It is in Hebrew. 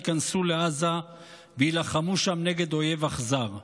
ייכנסו לעזה ויילחמו שם נגד אויב אכזר.